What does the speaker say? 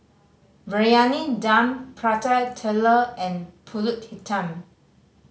Briyani Dum Prata Telur and Pulut Hitam